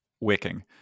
wicking